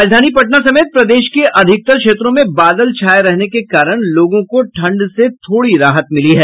राजधानी पटना समेत प्रदेश के अधिकतर क्षेत्र में बादल छाये रहने के कारण लोगों को ठंड से थोड़ी राहत मिली है